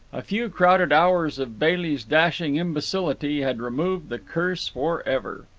a few crowded hours of bailey's dashing imbecility had removed the curse forever.